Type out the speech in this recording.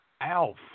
Alf